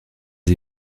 des